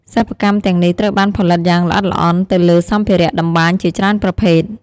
សិប្បកម្មទាំងនេះត្រូវបានផលិតយ៉ាងល្អិតល្អន់ទៅលើសម្ភារៈតម្បាញជាច្រើនប្រភេទ។